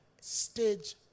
Stage